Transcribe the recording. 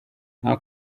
naho